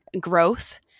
growth